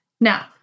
Now